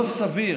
הלא-סביר,